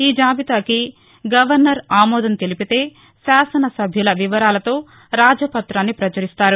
ఈ జాబితాకి గవర్నర్ ఆమోదం తెలిపితే శాసనసభ్యుల వివరాలతో రాజపత్రాన్ని ప్రచురిస్తారు